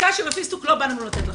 קשיו ופיסטוק לא בא לנו לתת לכם.